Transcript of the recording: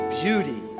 beauty